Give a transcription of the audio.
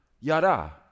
Yada